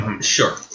Sure